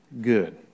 good